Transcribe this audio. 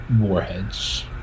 warheads